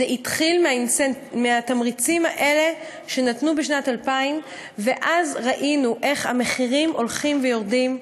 זה התחיל מהתמריצים האלה שנתנו בשנת 2000. ראינו אז איך המחירים הולכים ויורדים.